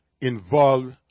involved